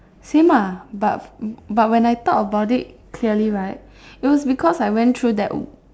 same ah but but when I thought about it clearly right it was because I went through that